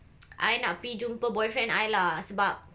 I nak pergi jumpa boyfriend I sebab